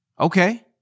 Okay